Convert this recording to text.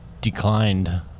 declined